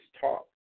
talk